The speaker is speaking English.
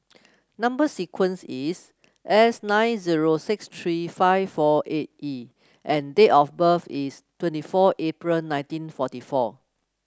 number sequence is S nine zero six three five four eight E and date of birth is twenty four April nineteen forty four